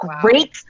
great